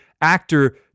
actor